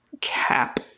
cap